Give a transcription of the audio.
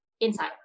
inside